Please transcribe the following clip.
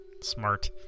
Smart